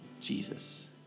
Jesus